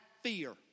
fear